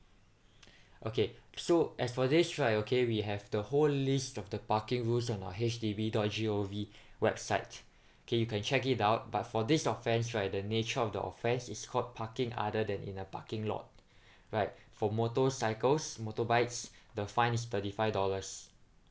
okay so as for this right okay we have the whole list of the parking rules on our H D B dot G_O_V website K you can check it out but for this offence right the nature of the offence is called parking other than in a parking lot right for motorcycles motorbikes the fine is thirty five dollars